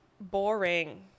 Boring